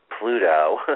Pluto